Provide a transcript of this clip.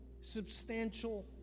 substantial